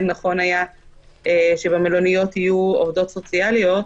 שנכון היה שבמלוניות יהיו עובדות סוציאליות.